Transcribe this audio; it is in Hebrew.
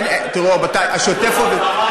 אין, תראו, רבותי, השוטף עובד.